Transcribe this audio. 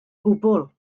gwbl